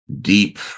deep